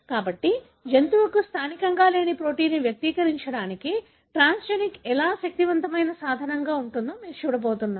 కాబట్టి జంతువుకు స్థానికంగా లేని ప్రోటీన్ను వ్యక్తీకరించడానికి ట్రాన్స్జెనిక్ ఎలా శక్తివంతమైన సాధనంగా ఉంటుందో మీరు చూడబోతున్నారు